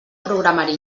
programari